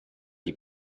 die